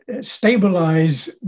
stabilize